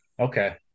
Okay